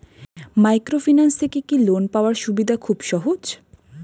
Microfinance থেকে কি loan পাওয়ার সুবিধা খুব সহজ?